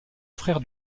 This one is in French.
frère